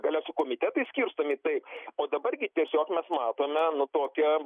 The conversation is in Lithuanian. galia su komitetai skirstomi tai o dabar gi tiesiog mes matome nu tokią